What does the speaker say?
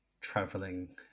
traveling